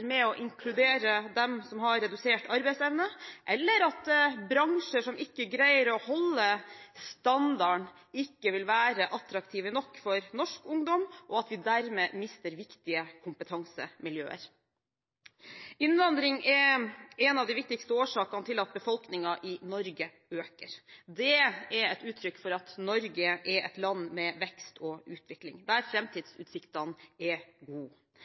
med å inkludere dem som har redusert arbeidsevne, eller ved at bransjer som ikke greier å overholde standarden, ikke vil være attraktive nok for norsk ungdom, og at vi dermed mister viktige kompetansemiljøer. Innvandring er en av de viktigste årsakene til at befolkningen i Norge øker. Det er et uttrykk for at Norge er et land med vekst og utvikling, der framtidsutsiktene er gode.